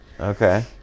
Okay